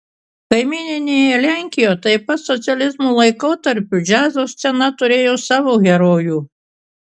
kaimyninėje lenkijoje taip pat socializmo laikotarpiu džiazo scena turėjo savo herojų